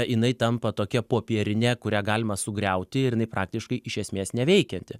jinai tampa tokia popierine kurią galima sugriauti ir jį praktiškai iš esmės neveikianti